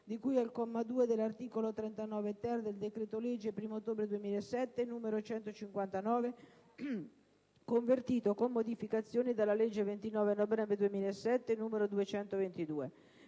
di cui al comma 2 dell'articolo 39-ter del decreto-legge 1° ottobre 2007, n. 159, convertito, con modificazioni, dalla legge 29 novembre 2007, n. 222";